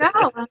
go